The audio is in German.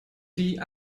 die